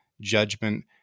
judgment